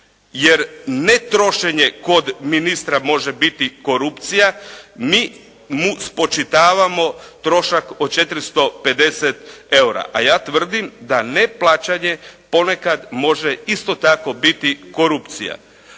jer ne trošenje kod ministra može biti korupcija, mi mu spočitavamo trošak od 450 eura. A ja tvrdim da ne plaćanje ponekad može isto tako biti korupcija.